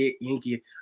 Yankee